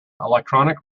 electronic